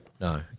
no